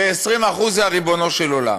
ו-20% זה ריבונו של עולם.